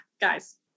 guys